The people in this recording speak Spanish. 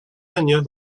años